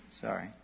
Sorry